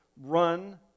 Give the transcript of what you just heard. run